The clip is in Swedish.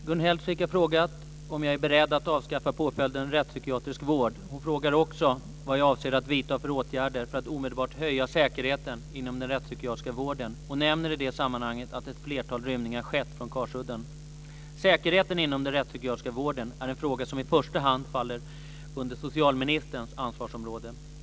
Fru talman! Gun Hellsvik har frågat om jag är beredd att avskaffa påföljden rättspsykiatrisk vård. Hon frågar också vad jag avser att vidta för åtgärder för att omedelbart höja säkerheten inom den rättspsykiatriska vården och nämner i det sammanhanget att ett flertal rymningar skett från Karsudden. Säkerheten inom den rättspsykiatriska vården är en fråga som i första hand faller under socialministerns ansvarsområde.